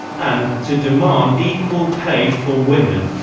and to demand equal pay for women.